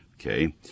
Okay